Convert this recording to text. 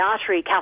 artery